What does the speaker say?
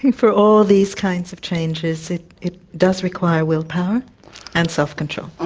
for all these kinds of changes it it does require willpower and self-control.